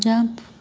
jump